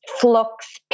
flux